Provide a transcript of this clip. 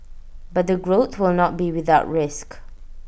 but the growth will not be without risk